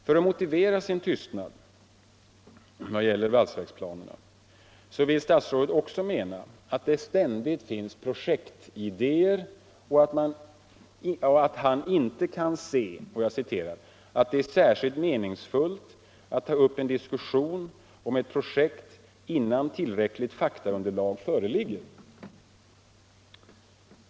För att motivera sin tystnad vad gäller valsverksplanerna vill statsrådet också mena att det ständigt finns projektidéer och att han inte kan se ”att det är särskilt meningsfullt att ta upp en diskussion om ett projekt innan tillräckligt faktaunderlag föreligger”.